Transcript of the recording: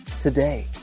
today